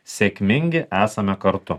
sėkmingi esame kartu